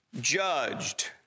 Judged